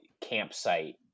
campsite